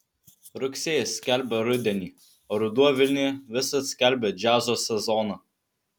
rugsėjis skelbia rudenį o ruduo vilniuje visad skelbia džiazo sezoną